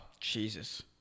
Jesus